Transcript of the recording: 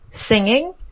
singing